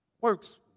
works